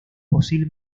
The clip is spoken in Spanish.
posible